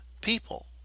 people